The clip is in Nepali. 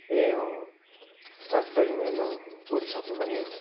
ए अँ चारवटा इएमआईमा भरिई सक्नुपर्ने